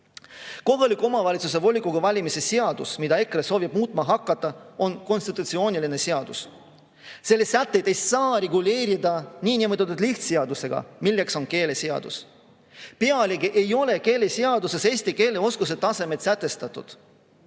Kohaliku omavalitsuse volikogu valimise seadus, mida EKRE soovib muutma hakata, on konstitutsiooniline seadus. Selle sätteid ei saa reguleerida niinimetatud lihtseadusega, milleks on keeleseadus. Pealegi ei ole keeleseaduses eesti keele oskuse tasemed sätestatud.